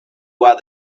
while